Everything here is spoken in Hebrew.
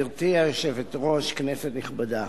גברתי היושבת-ראש, כנסת נכבדה,